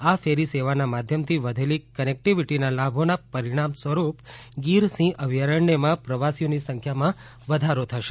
આ ફેરી સેવાના માધ્યમથી વધેલી કનેક્ટીવીટીના લાભોના પરિણામ સ્વરૂપ ગીર સિંહ અભ્યારણ્યમાં પ્રવાસીઓની સંખ્યામાં વધારો થશે